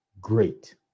great